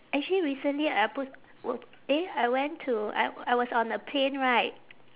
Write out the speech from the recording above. actually recently I p~ w~ eh I went to I I was on a plane right